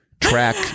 track